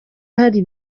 hari